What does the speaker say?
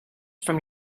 from